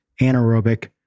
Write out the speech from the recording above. anaerobic